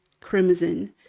crimson